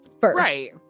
right